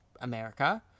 America